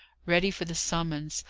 ready for the summons,